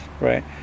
right